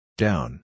Down